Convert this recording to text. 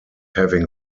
having